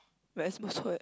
very